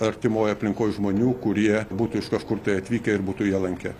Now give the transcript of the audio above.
artimoj aplinkoj žmonių kurie būtų iš kažkur tai atvykę ir būtų ją lankę